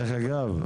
דרך אגב,